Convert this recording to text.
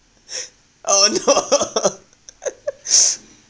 oh no